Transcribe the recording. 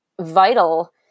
vital